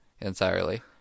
entirely